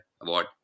award